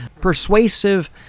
Persuasive